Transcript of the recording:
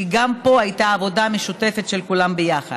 כי גם פה הייתה עבודה משותפת של כולם ביחד.